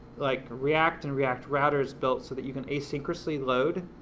like react and react router is built so that you can asynchronously load,